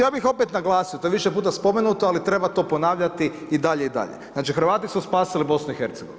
Ja bi opet naglasio, to je više puta spomenuto, ali treba to ponavljati i dalje i dalje, znači Hrvati su spasili BIH.